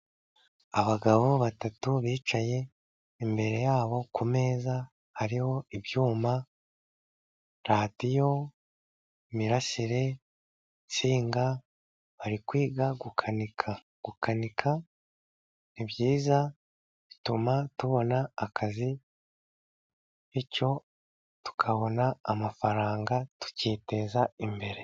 Abagabo batatu bicaye, imbere yabo ku meza hariho ibyuma, radiyo, imirasire, insinga, bari kwiga gukanika. Gukanika ni byiza bituma tubona akazi, bityo tukabona amafaranga tukiteza imbere.